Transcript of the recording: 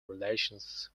relations